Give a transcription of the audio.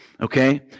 Okay